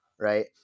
right